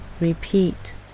repeat